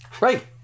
Right